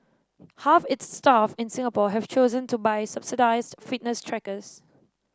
half its staff in Singapore have chosen to buy subsidised fitness trackers